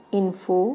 info